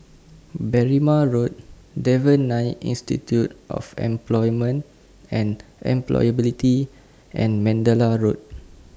Berrima Road Devan Nair Institute of Employment and Employability and Mandalay Road